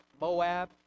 Moab